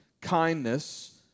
kindness